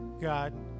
God